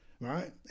right